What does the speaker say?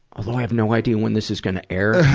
although i have no idea when this is gonna air.